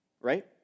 right